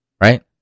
right